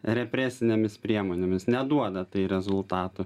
represinėmis priemonėmis neduoda tai rezultatų